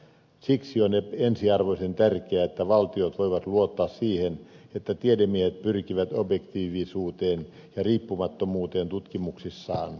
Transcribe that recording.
siksi on ensiarvoisen tärkeää että valtiot voivat luottaa siihen että tiedemiehet pyrkivät objektiivisuuteen ja riippumattomuuteen tutkimuksissaan